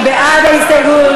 מי בעד ההסתייגות?